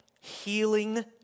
healing